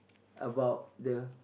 about the